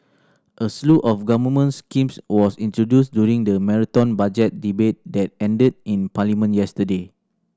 a slew of government schemes was introduced during the marathon Budget debate that ended in Parliament yesterday